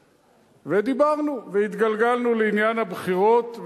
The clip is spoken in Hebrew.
ודיברנו, והתגלגלנו לעניין הבחירות.